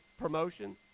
promotion